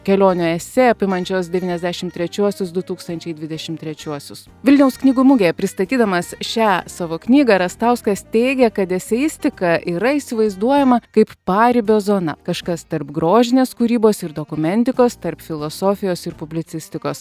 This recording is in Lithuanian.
kelionių esė apimančios devyniasdešim trečiuosius du tūkstančiai dvidešim trečiuosius vilniaus knygų mugėje pristatydamas šią savo knygą rastauskas teigė kad eseistika yra įsivaizduojama kaip paribio zona kažkas tarp grožinės kūrybos ir dokumentikos tarp filosofijos ir publicistikos